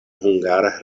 hungara